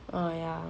oh ya